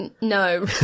no